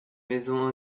maisons